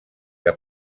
que